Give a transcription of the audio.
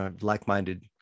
like-minded